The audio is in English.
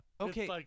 Okay